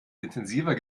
intensiver